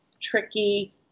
tricky